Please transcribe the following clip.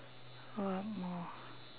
one more